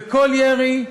וכל ירי,